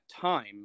time